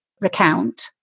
recount